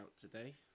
today